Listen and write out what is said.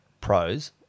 pros